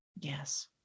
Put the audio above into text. Yes